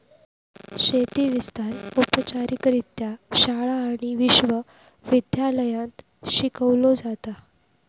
शेती विस्तार औपचारिकरित्या शाळा आणि विश्व विद्यालयांत शिकवलो जाता